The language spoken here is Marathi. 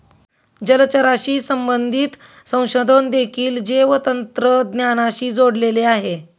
जलचराशी संबंधित संशोधन देखील जैवतंत्रज्ञानाशी जोडलेले आहे